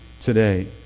today